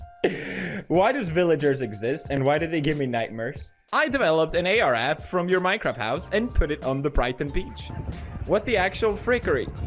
why does villagers exist and why did they give me nightmares? i developed an ar app from your microwaves and put it on the brighton beach what the actual free curry?